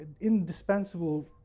indispensable